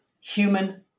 human